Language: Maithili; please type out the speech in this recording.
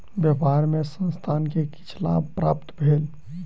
व्यापार मे संस्थान के किछ लाभ प्राप्त भेल